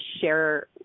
share